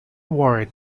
warren